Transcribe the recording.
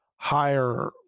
higher